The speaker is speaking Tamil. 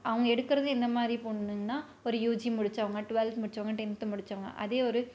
அவங்க எடுக்கிறது என்ன மாதிரி பொண்ணுங்னால் ஒரு யூஜி முடித்தவுங்க டுவல்த் முடித்தவுங்க டென்த்து முடித்தவுங்க அதையே ஒரு